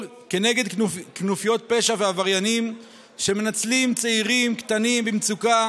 כנגד כנופיות פשע ועבריינים שמנצלים צעירים קטנים במצוקה